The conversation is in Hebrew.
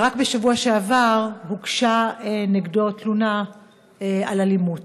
שרק בשבוע שעבר הוגשה נגדו תלונה על אלימות.